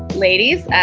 ladies,